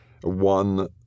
One